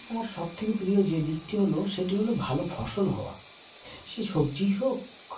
আমার সবথেকে প্রিয় যে দিকটি হলো সেটি হলো ভালো ফসল হওয়া সে সবজিই হোক